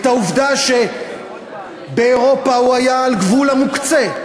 את העובדה שבאירופה הוא היה על גבול המוקצה.